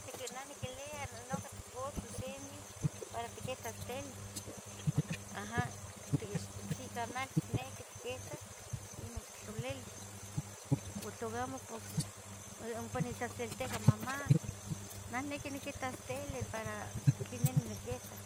Neh niquilia nuca itpotzos ini para tiquitas tele, aha, tiquix, tli canal ticniqui itquitas inu ittlalilis u tla amo pos ompa nechtzhtzilihticah mamá, neh niqui niquitas tele para tli neh niqui niquitas,